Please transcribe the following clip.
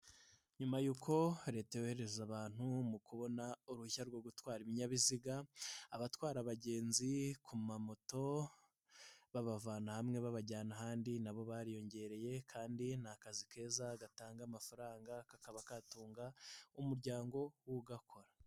Nyuma y'uko leta yohereza abantu mu kubona uruhushya rwo gutwara ibinyabiziga, abatwara abagenzi ku mamoto babavana hamwe babajyana ahandi, nabo bariyongereye kandi ni kazi keza gatanga amafaranga kakaba katunga umuryango w'ugakora.